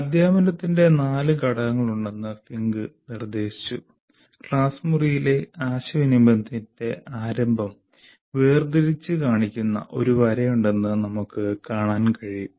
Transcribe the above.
അധ്യാപനത്തിന്റെ നാല് ഘടകങ്ങളുണ്ടെന്ന് ഫിങ്ക് നിർദ്ദേശിച്ചു ക്ലാസ് മുറിയിലെ ആശയവിനിമയത്തിന്റെ ആരംഭം വേർതിരിച്ച് കാണിക്കുന്ന ഒരു വരയുണ്ടെന്ന് നമുക്ക് കാണാൻ കഴിയും